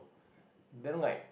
then like